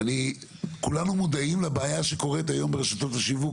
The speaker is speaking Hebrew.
כולנו מודעים לבעיה שקורית היום ברשתות השיווק,